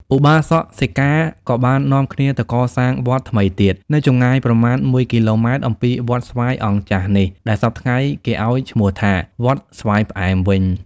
ឧបាសក-សិកា ក៏បាននាំគ្នាទៅកសាងវត្តថ្មីទៀត នៅចម្ងាយប្រមាណ ១ គ.ម. អំពីវត្តស្វាយអង្គចាស់នេះ ដែលសព្វថ្ងៃគេឲ្យឈ្មោះថា "វត្តស្វាយ ផ្អែម" វិញ ។